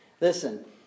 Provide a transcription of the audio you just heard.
Listen